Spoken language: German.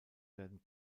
werden